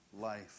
life